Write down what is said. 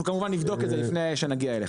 אנחנו, כמובן, נבדוק את זה לפני שנגיע אליך.